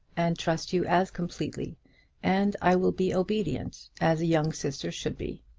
and trust you as completely and i will be obedient, as a younger sister should be.